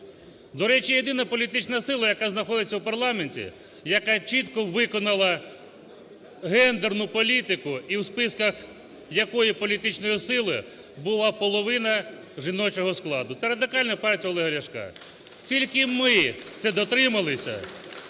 До речі, єдина політична сила, яка знаходиться у парламенті, яка чітко виконала гендерну політику і у списках якої політичної сили була половина жіночого складу – це Радикальна партія Олега Ляшка. Тільки ми це дотрималися